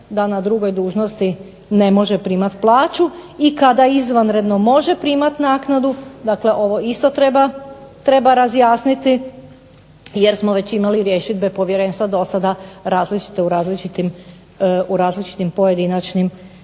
da na drugoj dužnosti ne može primati plaću i kada izvanredno može primati naknadu, dakle ovo isto treba razjasniti jer smo već imali rješidbe povjerenstva dosada različite u različitim pojedinačnim